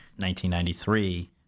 1993